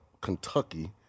Kentucky